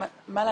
מה להציג?